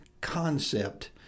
concept